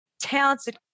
talented